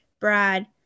Brad